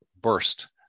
burst